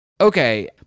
Okay